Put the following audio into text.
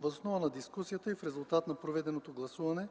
Въз основа на дискусията и в резултат на проведеното гласуване,